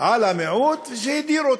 על המיעוט, שהדיר אותו.